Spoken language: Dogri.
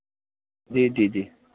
जी जी जी